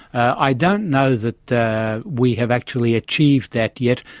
i don't know that that we have actually achieved that yet,